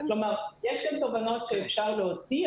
כלומר יש כאן תובנות שאפשר להוציא.